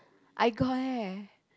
I got eh